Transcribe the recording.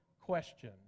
question